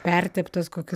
perteptas kokiu